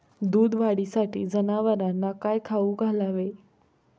दूध वाढीसाठी जनावरांना काय खाऊ घालावे?